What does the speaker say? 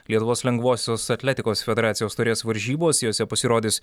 lietuvos lengvosios atletikos federacijos taurės varžybos jose pasirodys